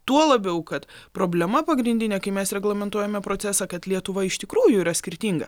tuo labiau kad problema pagrindinė kai mes reglamentuojame procesą kad lietuva iš tikrųjų yra skirtinga